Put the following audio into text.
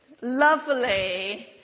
lovely